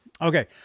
okay